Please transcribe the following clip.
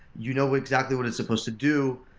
you know exactly what it's supposed to do,